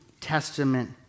Testament